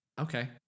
okay